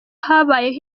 habayeho